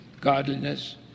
godliness